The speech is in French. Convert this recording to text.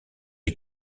est